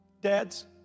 Dad's